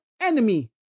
enemy